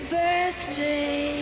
birthday